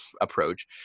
approach